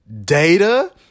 data